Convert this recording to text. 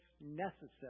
necessary